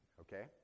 okay